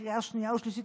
לקריאה שנייה ושלישית,